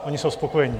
Oni jsou spokojeni.